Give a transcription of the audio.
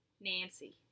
Nancy